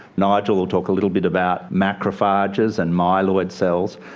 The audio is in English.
nigel will talk a little bit about macrophages and myeloid cells.